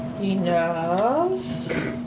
Enough